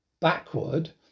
backward